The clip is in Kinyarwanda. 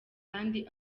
kandi